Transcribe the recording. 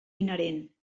inherent